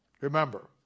Remember